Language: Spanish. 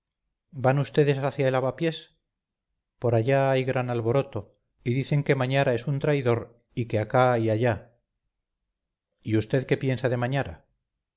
van vds hacia el avapiés por allá hay gran alboroto y dicen que mañara es un traidor y que acá y allá y vd qué piensa de mañara